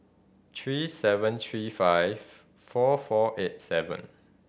three seven three five four four eight seven